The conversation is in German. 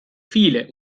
viele